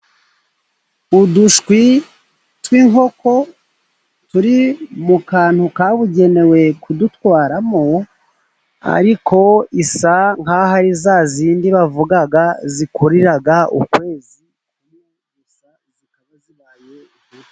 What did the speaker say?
Udushwi tw'inkoko turi mu kantu kabugenewe kudutwaramo, ariko isa nk'aho ari za zindi bavuga zikurira ukwezi gusa zikaba zibaye.